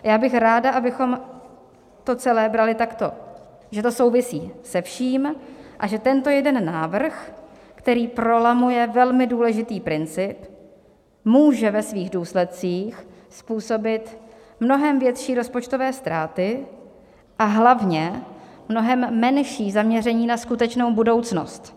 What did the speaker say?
Já bych ráda, abychom to celé brali takto, že to souvisí se vším a že tento jeden návrh, který prolamuje velmi důležitý princip, může ve svých důsledcích způsobit mnohem větší rozpočtové ztráty a hlavně mnohem menší zaměření na skutečnou budoucnost.